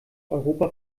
europa